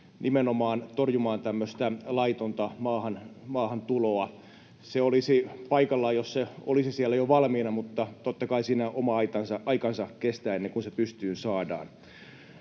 nimenomaan torjumaan tämmöistä laitonta maahantuloa. Se olisi paikallaan, jos se olisi siellä jo valmiina, mutta totta kai siinä oma aikansa kestää, ennen kuin se pystyyn saadaan.